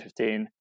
2015